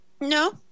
No